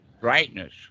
Brightness